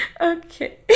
okay